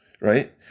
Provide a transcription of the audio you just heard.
Right